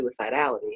suicidality